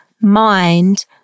mind